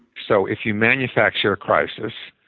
so if you manufacturer a crisis,